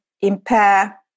impair